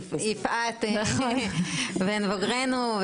יפעת בין בוגרינו,